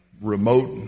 remote